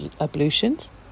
ablutions